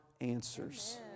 answers